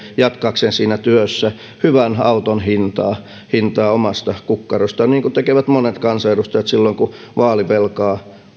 jatkaakseen siinä työssä neljän vuoden välein hyvän auton hintaa hintaa omasta kukkarostaan niin kuin tekevät monet kansanedustajat silloin kun vaalivelkaa